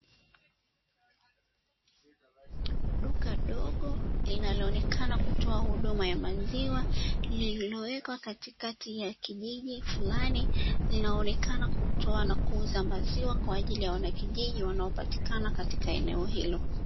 Duka dogo linaloonekana kutoa huduma ya maziwa lililowekwa katikati ya kijiji fulani, linaonekana kutoa na kuuza maziwa kwa ajili ya wanakijiji wanaopatikana katika eneo hilo.